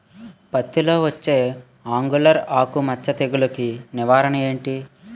పత్తి లో వచ్చే ఆంగులర్ ఆకు మచ్చ తెగులు కు నివారణ ఎంటి?